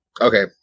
Okay